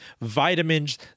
vitamins